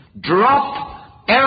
drop